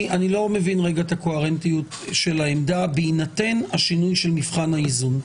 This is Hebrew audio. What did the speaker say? אני לא מבין את הקוהרנטיות של העמדה בהינתן השינוי של מבחן האיזון.